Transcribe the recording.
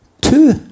Two